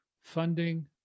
funding